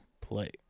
play